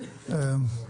בוקר טוב.